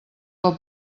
del